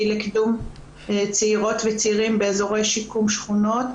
לקידום צעירות וצעירים באזורי שיקום שכונות,